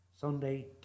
Sunday